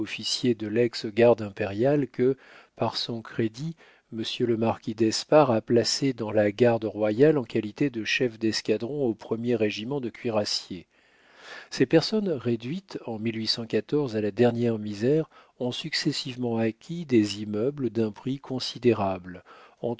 de lex garde impériale que par son crédit monsieur le marquis d'espard a placé dans la garde royale en qualité de chef d'escadron au premier régiment de cuirassiers ces personnes réduites en à la dernière misère ont successivement acquis des immeubles d'un prix considérable